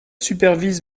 supervise